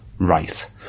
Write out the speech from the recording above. Right